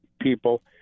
people